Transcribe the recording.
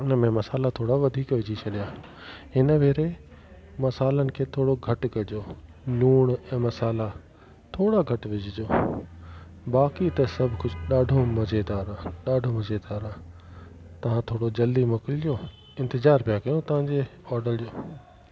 हुनमें मसाला थोरा वधीक विझी छॾिया हिन वेरे मसालनि खे थोरो घटि कजो लूणु ऐं मसाला थोरा घटि विझजो बाक़ी त सभु कुझु ॾाढो मज़ेदारु आहे ॾाढो मज़ेदारु आहे तव्हां थोरो जल्दी मोकलजो इंतिज़ारु पिया कयूं तव्हांजे ऑडर जो